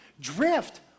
drift